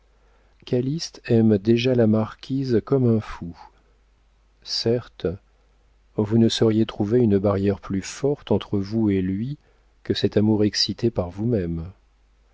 calyste aime déjà la marquise comme un fou certes vous ne sauriez trouver une barrière plus forte entre vous et lui que cet amour excité par vous-même